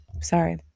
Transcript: Sorry